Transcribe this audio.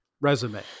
resume